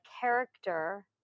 character